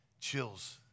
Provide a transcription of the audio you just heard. chills